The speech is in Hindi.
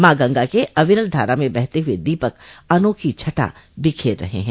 मॉ गंगा के अविरल धारा में बहते हुए दीपक अनोखी छठा बिखेर रहे हैं